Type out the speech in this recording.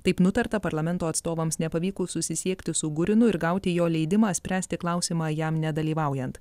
taip nutarta parlamento atstovams nepavykus susisiekti su gurinu ir gauti jo leidimą spręsti klausimą jam nedalyvaujant